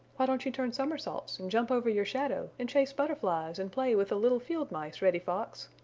why don't you turn somersaults, and jump over your shadow and chase butterflies and play with the little field mice, reddy fox?